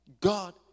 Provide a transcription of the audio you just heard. God